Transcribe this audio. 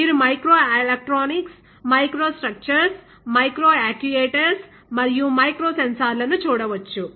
మీరు micro electronics micro structures micro actuators మరియు micro సెన్సార్లను చూడవచ్చు